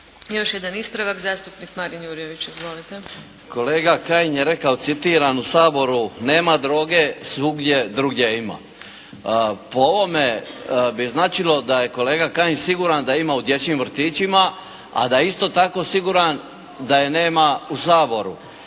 Još jedan ispravak, zastupnik Marin Jurjević. Izvolite! **Jurjević, Marin (SDP)** Kolega Kajin je rekao, citiram: "U Saboru nema droge, svugdje drugdje ima." Po ovome bi značilo da je kolega Kajin siguran da ima u dječjim vrtićima, a da isto tako siguran da je nema u Saboru.